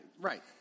Right